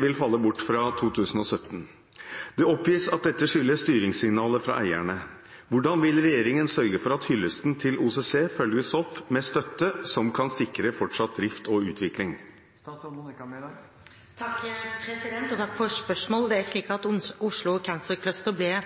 vil falle bort fra 2017. Det oppgis at dette skyldes styringssignaler fra eierne. Hvordan vil regjeringen sørge for at hyllesten til OCC følges opp med støtte som kan sikre fortsatt drift og utvikling?» Takk for spørsmålet. Oslo Cancer Cluster ble